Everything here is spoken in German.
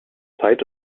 zeit